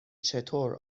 چطور